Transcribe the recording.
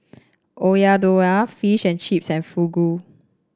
Oyakodon Fish and Chips and Fugu